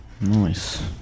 Nice